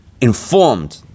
informed